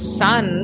son